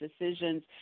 decisions